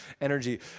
energy